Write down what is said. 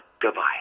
Goodbye